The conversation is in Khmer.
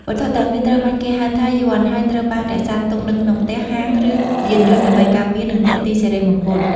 វត្ថុទាំងនេះត្រូវបានគេហៅថា យ័ន្ត ហើយត្រូវបានរក្សាទុកនៅក្នុងផ្ទះ ហាង ឬយានយន្តដើម្បីការពារនិងទាក់ទាញសិរីមង្គល។